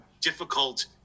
difficult